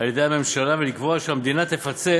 על-ידי הממשלה ולקבוע שהמדינה תפצה